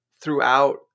throughout